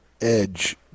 edge